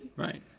right.